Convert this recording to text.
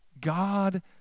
God